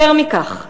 יותר מכך,